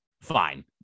Fine